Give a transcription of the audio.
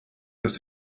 das